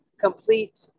complete